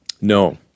No